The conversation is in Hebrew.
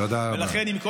תודה רבה.